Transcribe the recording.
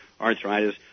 arthritis